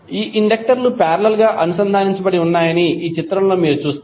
ఈ ఇండక్టర్లు పారేలల్ గా అనుసంధానించబడి ఉన్నాయని ఈ చిత్రంలో మీరు చూస్తారు